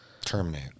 terminate